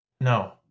no